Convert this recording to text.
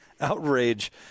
outrage